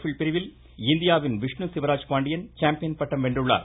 bill பிரிவில் இந்தியாவின் Vishnu Sivaraj Pandian champion பட்டம் வென்றுள்ளார்